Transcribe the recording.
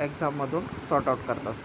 एक्झाममधून sort out करतात